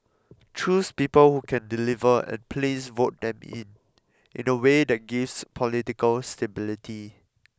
choose people who can deliver and please vote them in in a way that gives political stability